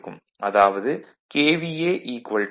அதாவது KVA KVAfl